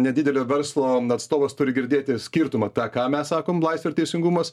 nedidelio verslo atstovas turi girdėti skirtumą tą ką mes sakom laisvė ir teisingumas